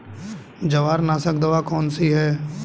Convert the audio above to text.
जवार नाशक दवा कौन सी है?